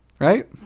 right